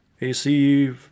AC